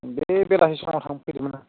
बे बेलासि समाव थांना फैदोंमोन आं